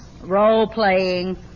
role-playing